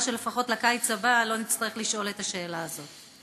שלפחות בקיץ הבא לא נצטרך לשאול את השאלה הזאת.